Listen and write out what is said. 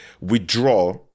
withdraw